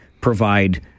provide